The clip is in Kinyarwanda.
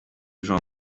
jean